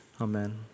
Amen